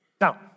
Now